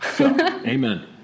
Amen